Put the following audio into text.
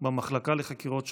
במחלקה לחקירות שוטרים.